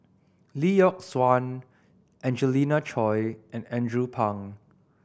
Lee Yock Suan Angelina Choy and Andrew Phang